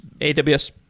AWS